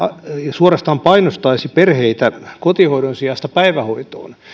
suorastaan painostaisi perheitä kotihoidon sijasta päivähoitoon